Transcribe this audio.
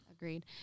Agreed